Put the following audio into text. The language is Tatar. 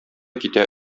китә